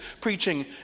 preaching